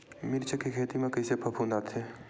मिर्च के खेती म कइसे फफूंद आथे?